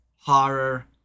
horror